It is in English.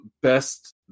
best